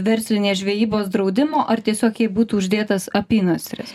verslinės žvejybos draudimo ar tiesiog jai būtų uždėtas apynasris